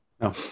No